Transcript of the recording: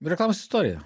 reklamos istorija